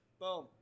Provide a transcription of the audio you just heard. Boom